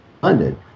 funded